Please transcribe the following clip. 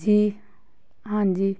ਜੀ ਹਾਂਜੀ